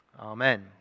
Amen